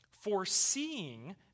foreseeing